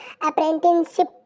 apprenticeship